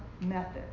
method